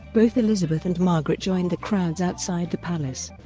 both elizabeth and margaret joined the crowds outside the palace,